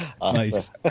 Nice